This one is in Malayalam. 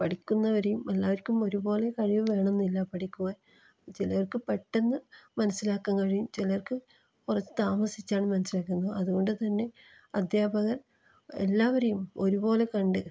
പഠിക്കുന്നവരേയും എല്ലാവർക്കും ഒരുപോലെ കഴിവ് വേണമെന്നില്ല പഠിക്കുവാൻ ചിലർക്ക് പെട്ടന്ന് മനസ്സിലാക്കാൻ കഴിയും ചിലർക്ക് കൂറച്ച് താമസിച്ചാണ് മനസ്സിലാക്കുന്നത് അതുകൊണ്ട് തന്നെ അദ്ധ്യാപകർ എല്ലാവരെയും ഒരുപോലെ കണ്ട്